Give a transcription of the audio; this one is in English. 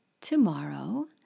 tomorrow